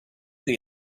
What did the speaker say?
the